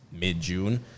mid-June